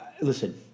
listen